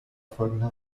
folgender